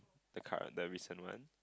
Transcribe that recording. the current the recent one